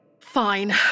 Fine